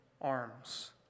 arms